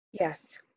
Yes